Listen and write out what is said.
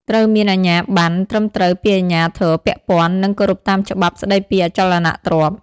ត្រូវមានអាជ្ញាបណ្ណត្រឹមត្រូវពីអាជ្ញាធរពាក់ព័ន្ធ និងគោរពតាមច្បាប់ស្តីពីអចលនទ្រព្យ។